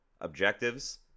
objectives